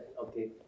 okay